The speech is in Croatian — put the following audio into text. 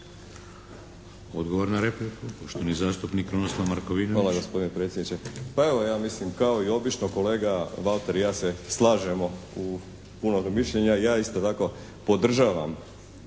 Odgovor na repliku poštovani zastupnik Krunoslav Markovinović. **Markovinović, Krunoslav (HDZ)** Hvala gospodine predsjedniče. Pa evo, ja mislim kao i obično kolega Valter i ja se slažemo u puno mišljenja. Ja isto tako podržavam